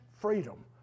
freedom